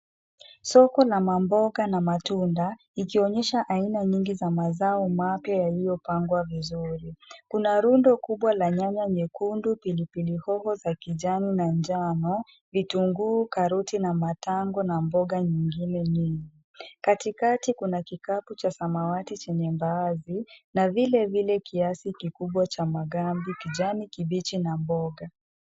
Soko la mboga na matunda. Ikionyesha aina nyingi za mazao mapya yaliyopangwa vizuri. Kuna rundo kubwa la nyanya nyekundu, pilipili hoho za kijani na njano ,vitunguu, karoti na matango na mboga nyingine nyingi. Katikati kuna kikapu cha samawati chenye mbaazi na vilevile kiasi kikubwa cha magambi kijani kibichi na mboga.